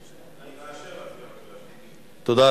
בקשתי אישרה מליאת הכנסת להחזיר את הסעיף בחוק לדיון מחדש